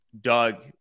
Doug